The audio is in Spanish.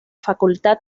facultad